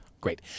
Great